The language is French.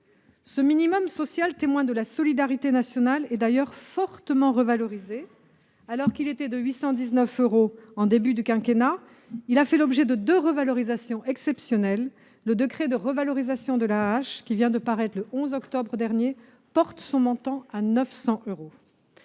Ce minimum social, témoin de la solidarité nationale, a d'ailleurs été fortement revalorisé. Alors qu'il s'élevait à 819 euros en début de quinquennat, il a fait l'objet de deux revalorisations exceptionnelles. Le dernier décret de revalorisation, paru le 11 octobre, porte son montant à 900 euros.